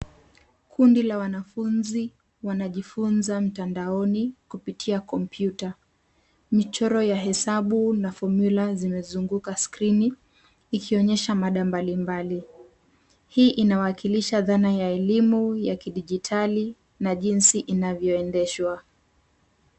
Kundi la wanafunzi wanajifunza mtandaoni kupitia komputa michoro ya hesabu na formula zimezunguka skrini ikionyesha mada mbali mbali. Hii inawakilisha dhana ya elimu ya kidigitali na jinsi inavyoendeshwa.